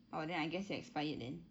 oh then I guess it expired then